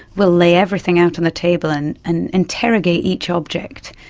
we'll lay everything out on the table and and interrogate each object,